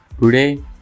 today